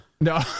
No